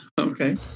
Okay